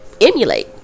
emulate